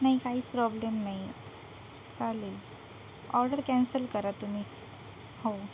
नाही काहीच प्रॉब्लेम नाही चालेल ऑर्डर कॅन्सल करा तुम्ही हो